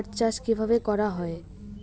পাট চাষ কীভাবে করা হয়?